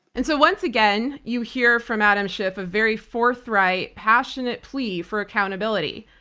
and so once again, you hear from adam schiff, a very forthright, passionate plea for accountability.